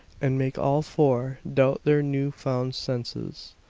and make all four doubt their new-found senses.